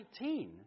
19